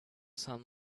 sun